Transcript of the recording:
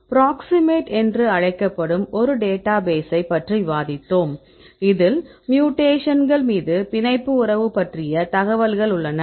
proximate என்று அழைக்கப்படும் ஒரு டேட்டா பேசை பற்றி விவாதித்தோம் இதில் மியூடேக்ஷன்கள் மீது பிணைப்பு உறவு பற்றிய தகவல்கள் உள்ளன